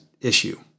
issue